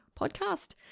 podcast